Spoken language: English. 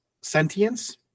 sentience